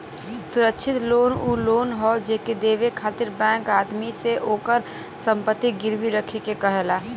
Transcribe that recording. सुरक्षित लोन उ लोन हौ जेके देवे खातिर बैंक आदमी से ओकर संपत्ति गिरवी रखे के कहला